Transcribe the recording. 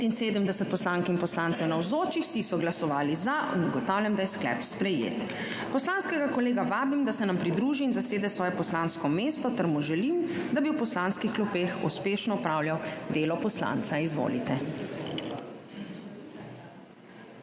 79 poslank in poslancev navzočih, vsi so glasovali za. (Za je glasovalo 79.) (Proti nihče.) Ugotavljam, da je sklep sprejet. Poslanskega kolega vabim, da se nam pridruži in zasede svoje poslansko mesto, ter mu želim, da bi v poslanskih klopeh uspešno opravljal delo poslanca. Izvolite.